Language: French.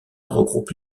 regroupe